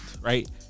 right